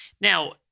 Now